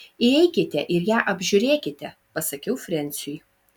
įeikite ir ją apžiūrėkite pasakiau frensiui